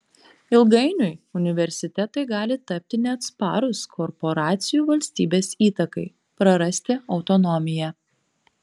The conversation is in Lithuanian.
ilgainiui universitetai gali tapti neatsparūs korporacijų valstybės įtakai prarasti autonomiją